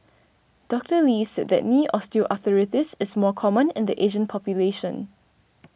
Doctor Lee said that knee Osteoarthritis is more common in the Asian population